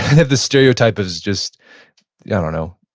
have this stereotype as just, yeah i don't know.